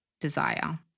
desire